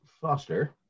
Foster